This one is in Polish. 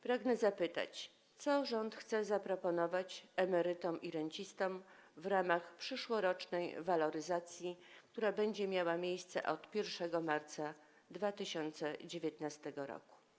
Pragnę zapytać, co rząd chce zaproponować emerytom i rencistom w ramach przyszłorocznej waloryzacji, która będzie miała miejsce od 1 marca 2019 r.